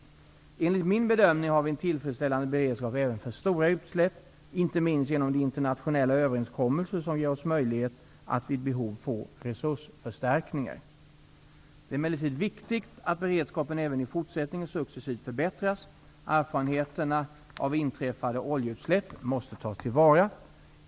Enligt min bedömning har vi en tillfredsställande beredskap även för stora utsläpp, inte minst genom de internationella överenskommelser som gör det möjligt för oss att vid behov få resursförstärkningar. Det är emellertid viktigt att beredskapen även i fortsättningen successivt förbättras. Erfarenheterna av inträffade oljeutsläpp måste tas till vara.